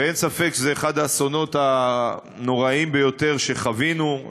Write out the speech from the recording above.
אין ספק שזה אחד האסונות הנוראיים ביותר שחווינו.